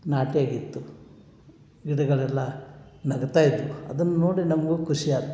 ನಾಟಿ ಆಗಿತ್ತು ಗಿಡಗಳೆಲ್ಲ ನಗ್ತಾಯಿದ್ವು ಅದನ್ನ ನೋಡಿ ನಮಗೂ ಖುಷಿ ಆತು